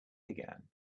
began